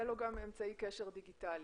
יהיה לו גם אמצעי קשר דיגיטלי.